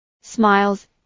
Smiles